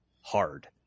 hard